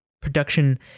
Production